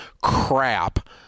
crap